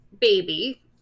baby